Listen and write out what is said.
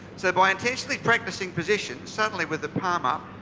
so, by intentionally practicing positions suddenly, with the palm up,